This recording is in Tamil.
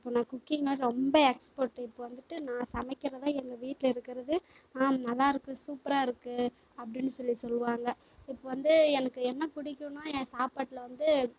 இப்போ நான் குக்கிங்னால் ரொம்ப எக்ஸ்பேர்ட் இப்போது வந்துட்டு நான் சமைக்கிறது தான் எங்கள் வீட்டில இருக்கிறது ஆ நல்லா இருக்குது சூப்பராக இருக்குது அப்படின்னு சொல்லி சொல்வாங்க இப்போது வந்து எனக்கு என்ன பிடிக்குன்னா என் சாப்பாட்டில வந்து